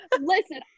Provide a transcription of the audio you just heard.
Listen